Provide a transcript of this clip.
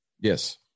Yes